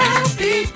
Happy